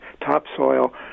topsoil